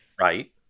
right